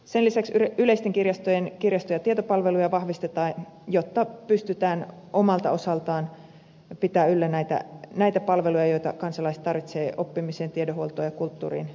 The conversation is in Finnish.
sen lisäksi yleisten kirjastojen kirjasto ja tietopalveluja vahvistetaan jotta pystytään omalta osaltaan pitämään yllä näitä palveluja joita kansalaiset tarvitsevat oppimiseen tiedonhuoltoon ja kulttuuriin liittyen